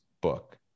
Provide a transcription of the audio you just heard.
book